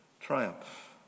triumph